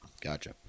gotcha